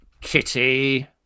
Kitty